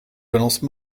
balance